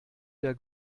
der